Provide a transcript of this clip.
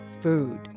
food